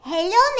Hello